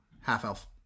half-elf